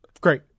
great